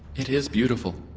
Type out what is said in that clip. it is beautiful.